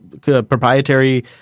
proprietary